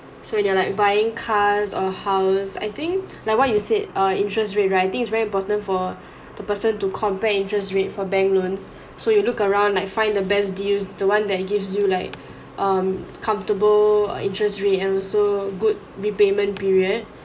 so they are like buying cars or house I think like what you said err interest right I think it's very important for the person to compare interest rate for bank loans so you look around like find the best deals the one that gives you like um comfortable err interest rate and also good repayment period